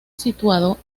situado